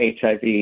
HIV